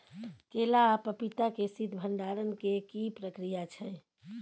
केला आ पपीता के शीत भंडारण के की प्रक्रिया छै?